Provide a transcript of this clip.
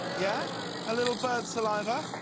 yeah a little bird saliva.